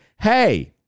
Hey